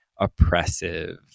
oppressive